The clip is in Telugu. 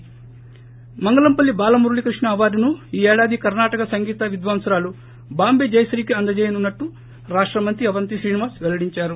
ి మంగళంపల్లి బాల మురళీ కృష్ణ అవార్డును ఈ ఏడాది కర్పాటక సంగీత విధ్యాంసురాలు బాంబే జయశ్రీకీ అందజేయనున్నట్టు రాష్ట మంత్రి అవంతి శ్రీనివాస్ పెల్లడించారు